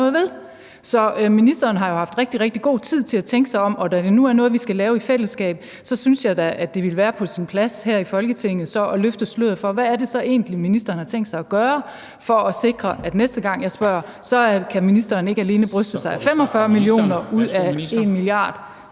Så ministeren har jo haft rigtig, rigtig god tid til at tænke sig om, og da det nu er noget, som vi skal lave i fællesskab, så synes jeg da, at det ville være på sin plads her i Folketinget at løfte sløret for, hvad det så egentlig er ministeren har tænkt sig at gøre for at sikre, at næste gang, jeg spørger, kan ministeren ikke alene bryste sig af 45 mio. kr. ud af 1 mia.